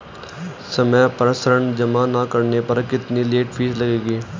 समय पर ऋण जमा न करने पर कितनी लेट फीस लगेगी?